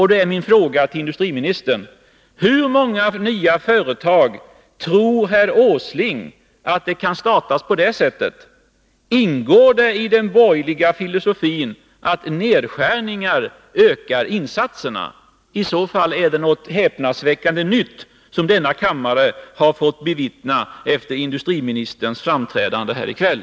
Då är min fråga till industriministern: Hur många nya företag tror herr Åsling att det kan startas på det sättet? Ingår det i den borgerliga filosofin att nedskärningar ökar insatserna? I så fall är det något häpnadsväckande nytt som denna kammare har fått bevittna vid industriministerns framträdande här i kväll.